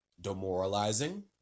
demoralizing